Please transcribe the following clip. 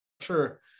sure